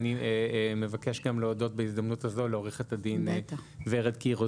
אני מבקש להודות גם בהזדמנות זו לעורכת הדין ורד קירו